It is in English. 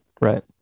Right